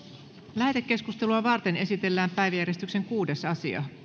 lähetekeskustelua varten esitellään päiväjärjestyksen kuudes asia